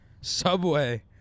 Subway